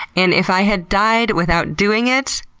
and if i had died without doing it,